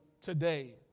today